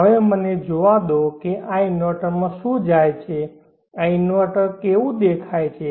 હવે મને જોવા દો કે આ ઇન્વર્ટરમાં શું જાય છે આ ઇન્વર્ટર કેવું દેખાય છે